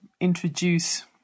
introduce